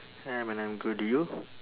ya man I'm good do you